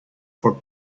for